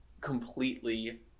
completely